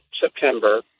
September